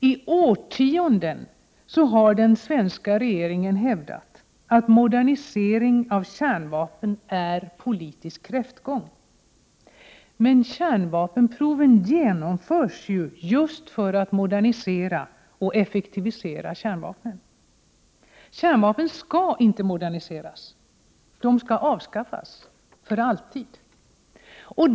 I årtionden har den svenska regeringen hävdat att modernisering av kärnvapen är politisk kräftgång. Men kärnvapenproven genomförs ju just därför att man vill modernisera och effektivisera kärnvapnen. Kärnvapen skall inte moderniseras. De skall avskaffas — för alltid.